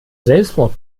selbstmord